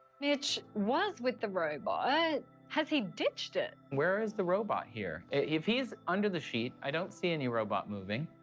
mitch was with the robot, has he ditched it? where is the robot, here? if he's under the sheet, i don't see any robot moving.